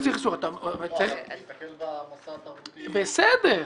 אבל תסתכל במוסד התרבותי --- בסדר,